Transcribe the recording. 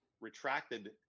retracted